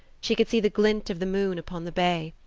she could see the glint of the moon upon the bay,